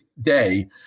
day